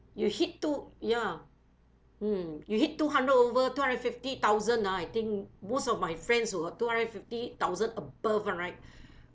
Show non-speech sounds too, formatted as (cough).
you hit two ya mm you hit two hundred over two hundred fifty thousand ah I think most of my friends who are two hundred fifty thousand above [one] right (breath)